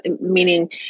Meaning